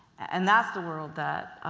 and that's the world that